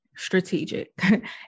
strategic